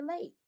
late